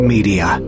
Media